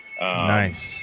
nice